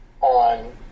on